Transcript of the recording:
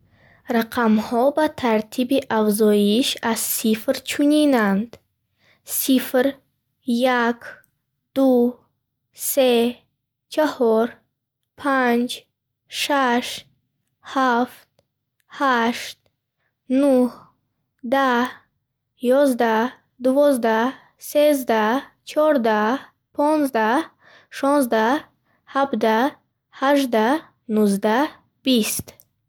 Рақамҳо ба тартиби афзоиш аз сифр чунинанд: сифр, як, ду, се, чаҳор, панҷ, шаш, ҳафт, ҳашт, нӯҳ, даҳ, ёздаҳ, дувоздаҳ, сенздаҳ, чордаҳ, понздаҳ, шонздаҳ, ҳабдаҳ, ҳаждаҳ, нуздаҳ, бист.